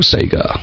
Sega